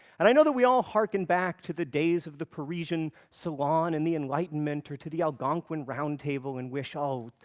and i know that we all hearken back to the days of the parisian salon in the enlightenment, or to the algonquin round table, and wish, oh,